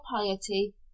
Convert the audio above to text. piety